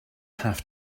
have